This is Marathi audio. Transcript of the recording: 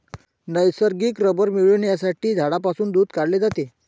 नैसर्गिक रबर मिळविण्यासाठी झाडांपासून दूध काढले जाते